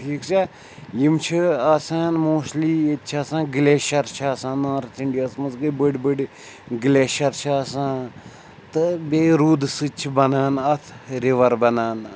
ٹھیٖک چھےٚ یِم چھِ آسان موسٹلی ییٚتہِ چھِ آسان گٕلیشَر چھِ آسان نارٕتھ اِنٛڈیاہَس منٛز گٔے بٔڑۍ بٔڑۍ گٕلیشَر چھِ آسان تہٕ بیٚیہِ روٗدٕ سۭتۍ چھِ بَنان اَتھ رِوَر بَنان